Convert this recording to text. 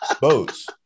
boats